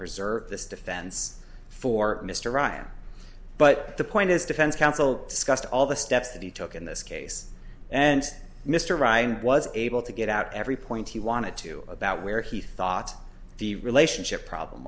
preserve this defense for mr ryan but the point is defense counsel discussed all the steps that he took in this case and mr ryan was able to get out every point he wanted to about where he thought the relationship problem